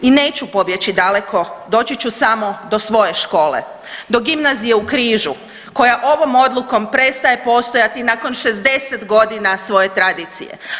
I neću pobjeći daleko doći ću samo do svoje škole, do Gimnazije u Križu koja ovom odlukom prestaje postojati nakon 60 godina svoje tradicije.